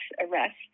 arrest